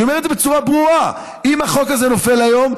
אני אומר את זה בצורה ברורה: אם החוק הזה נופל היום,